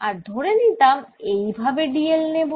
আর ধরে নিতাম এই ভাবে dl নেব